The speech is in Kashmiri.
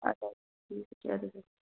ادٕ حظ